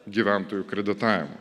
gyventojų kreditavimui